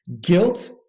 Guilt